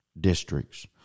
districts